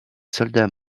soldats